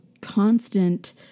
constant